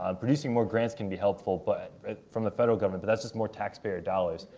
um producing more grants can be helpful but from the federal government but that's just more taxpayer dollars.